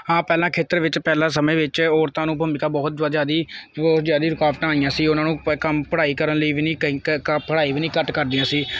ਹਾਂ ਪਹਿਲਾਂ ਖੇਤਰ ਵਿੱਚ ਪਹਿਲਾਂ ਸਮੇਂ ਵਿੱਚ ਔਰਤਾਂ ਨੂੰ ਭੂਮਿਕਾ ਬਹੁਤ ਜ਼ਿਆਦਾ ਬਹੁਤ ਜ਼ਿਆਦਾ ਰੁਕਾਵਟਾਂ ਆਈਆਂ ਸੀ ਉਨ੍ਹਾਂ ਨੂੰ ਕੰਮ ਪੜ੍ਹਾਈ ਕਰਨ ਲਈ ਵੀ ਨਹੀਂ ਪੜ੍ਹਾਈ ਵੀ ਨਹੀਂ ਘੱਟ ਕਰਦੀਆਂ ਸੀ